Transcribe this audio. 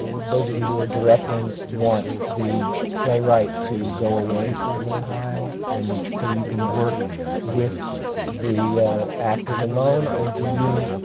those of you who are directing want the playwright to go away for a little while, and so you can work with the actors alone? or do you,